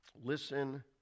Listen